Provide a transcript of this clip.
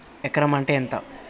ఎకరం అంటే ఎంత?